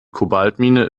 kobaltmine